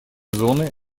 зоны